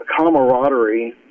camaraderie